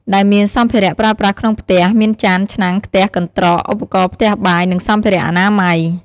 ដែលមានសម្ភារៈប្រើប្រាស់ក្នុងផ្ទះ មានចាន ឆ្នាំង ខ្ទះ កន្ត្រក ឧបករណ៍ផ្ទះបាយ និងសម្ភារៈអនាម័យ។